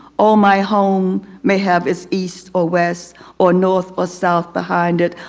oh my home may have its east or west or north or south behind it.